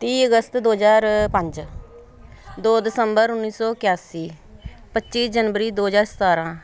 ਤੀਹ ਅਗਸਤ ਦੋ ਹਜ਼ਾਰ ਪੰਜ ਦੋ ਦਸੰਬਰ ਉੱਨੀ ਸੌ ਇਕਾਸੀ ਪੱਚੀ ਜਨਵਰੀ ਦੋ ਹਜ਼ਾਰ ਸਤਾਰਾਂ